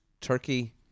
turkey